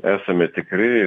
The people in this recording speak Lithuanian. esame tikri